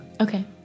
Okay